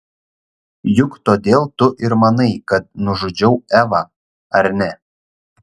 juk todėl tu ir manai kad nužudžiau evą ar ne